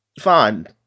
fine